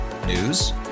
News